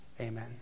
amen